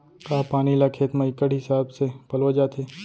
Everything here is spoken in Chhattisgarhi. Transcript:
का पानी ला खेत म इक्कड़ हिसाब से पलोय जाथे?